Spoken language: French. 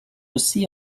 aussi